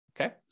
Okay